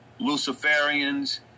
Luciferians